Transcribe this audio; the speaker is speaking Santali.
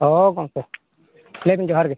ᱦᱳᱭ ᱜᱚᱢᱠᱮ ᱞᱟᱹᱭ ᱵᱤᱱ ᱡᱚᱦᱟᱨ ᱜᱮ